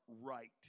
right